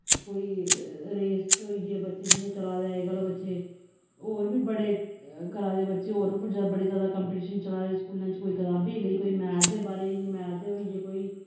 कोई रेस च होई गे बच्चे जियां चला दे अज्जकल बच्चे होर बी बड़े करा दे बच्चे होर बड़े ज्यादा कंपीटीशन चलै दे स्कूलें च कोई कताबें लेई कोई मैच दे बारे च मैच दे होई गे कोई